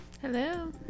Hello